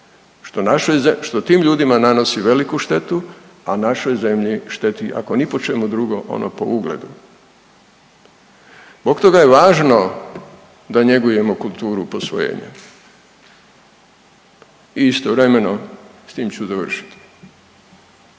što tim ljudima nanosi veliku štetu, a našoj zemlji šteti, ako ni po čemu drugo, ono po ugledu. Zbog toga je važno da njegujemo kulturu posvojenja i istovremeno, s tim ću završiti.